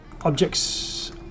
Objects